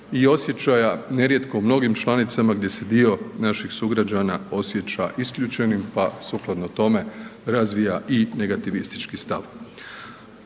i osjećaja nerijetko mnogim članicama gdje se dio naših sugrađana osjeća isključenim, pa sukladno tome razvija i negativistički stav.